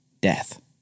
death